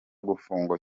gufungwa